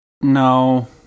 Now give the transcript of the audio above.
No